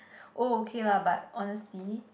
oh okay lah but honestly